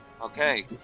Okay